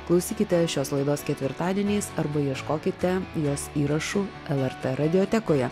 klausykite šios laidos ketvirtadieniais arba ieškokite jos įrašų lrt radiotekoje